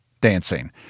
dancing